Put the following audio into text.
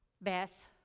Beth